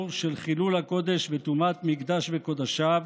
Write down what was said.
של חילול הקודש וטומאת מקדש וקדשיו,